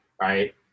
Right